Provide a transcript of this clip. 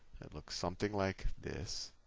that looks something like this.